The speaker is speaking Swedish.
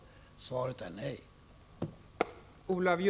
Svaret är nej.